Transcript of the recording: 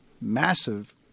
massive